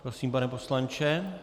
Prosím, pane poslanče.